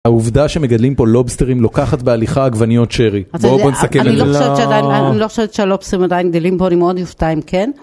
העובדה שמגדלים פה לובסטרים לוקחת בהליכה עגבניות שרי, בואו בואו נסכם אליי. אני לא חושבת שהלובסטרים עדיין גדלים פה, אני מאוד אופתע אם כן.